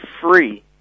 free